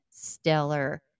stellar